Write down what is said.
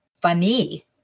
funny